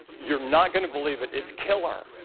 you're not going to believe it, it's killer.